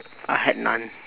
I had none